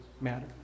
matter